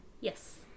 yes